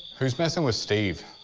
who's messing with steve?